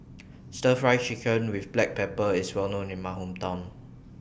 Stir Fried Chicken with Black Pepper IS Well known in My Hometown